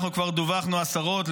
אנחנו כבר דווחנו על עשרות,